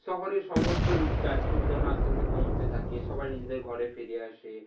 শহরের সমস্ত ব্যস্ততা যেন আস্তে আস্তে কমতে থাকে সবাই নিজেদের ঘরে ফিরে আসে